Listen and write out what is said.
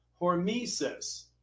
hormesis